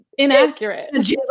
inaccurate